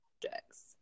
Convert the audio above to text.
projects